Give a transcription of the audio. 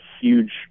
huge